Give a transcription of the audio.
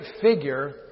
figure